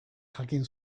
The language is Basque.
jakin